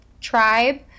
tribe